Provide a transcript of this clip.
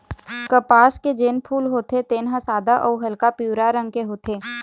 कपसा के जेन फूल होथे तेन ह सादा अउ हल्का पीवरा रंग के होथे